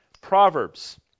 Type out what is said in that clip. Proverbs